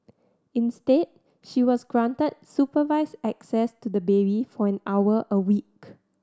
instead she was granted supervised access to the baby for an hour a week